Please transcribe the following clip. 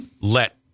Let